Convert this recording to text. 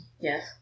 yes